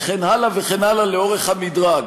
וכן הלאה וכן הלאה לאורך המדרג.